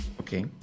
Okay